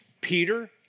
Peter